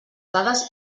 dades